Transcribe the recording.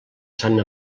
sant